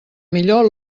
millor